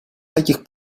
таких